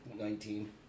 Nineteen